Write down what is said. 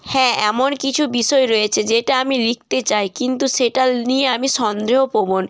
হ্যাঁ এমন কিছু বিষয় রয়েছে যেটা আমি লিখতে চাই কিন্তু সেটা নিয়ে আমি সন্দেহপ্রবণ